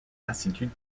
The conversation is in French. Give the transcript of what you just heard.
lassitude